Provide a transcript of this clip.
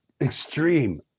extreme